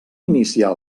iniciar